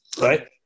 right